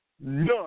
None